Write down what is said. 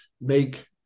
make